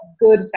good